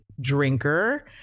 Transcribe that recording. drinker